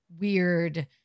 Weird